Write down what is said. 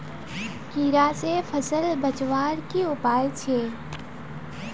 कीड़ा से फसल बचवार की उपाय छे?